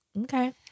okay